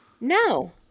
No